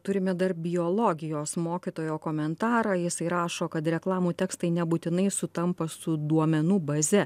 turime dar biologijos mokytojo komentarą jisai rašo kad reklamų tekstai nebūtinai sutampa su duomenų baze